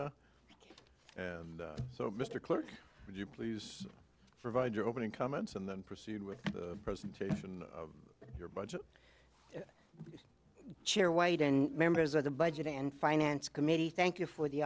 it and so mr clerk would you please provide your opening comments and then proceed with the presentation of your budget chair white and members of the budget and finance committee thank you for the